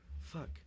Fuck